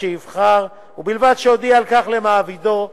בהתאם לוותק של העובד במקום העבודה.